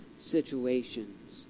situations